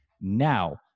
Now